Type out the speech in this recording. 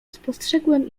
spostrzegłem